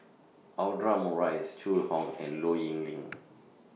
Audra Morrice Zhu Hong and Low Yen Ling